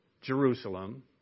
Jerusalem